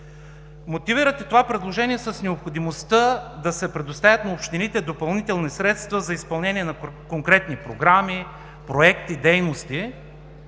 Мотивирате това предложение с необходимостта на общините да се предоставят допълнителни средства за изпълнение на конкретни програми, проекти, дейности.